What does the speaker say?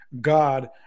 God